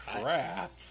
crap